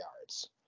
yards